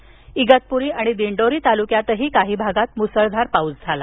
तर इगतपुरी आणि दिंडोरी तालुक्यातही काही भागात मुसळधार पाऊस झाला